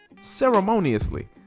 ceremoniously